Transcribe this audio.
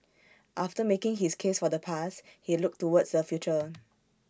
after making his case for the past he looked towards the future